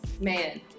man